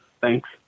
Thanks